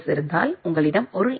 sஇருந்தால் உங்களிடம் 1 எம்